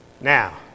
Now